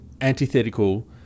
antithetical